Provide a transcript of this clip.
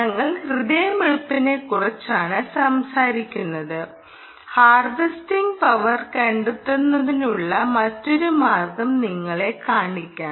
ഞങ്ങൾ ഹൃദയമിടിപ്പിനെക്കുറിച്ചാണ് സംസാരിക്കുന്നത് ഹാർവെസ്റ്റിംഗ് പവർ കണ്ടെത്തുന്നതിനുള്ള മറ്റൊരു മാർഗം നിങ്ങളെ കാണിക്കാം